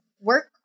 work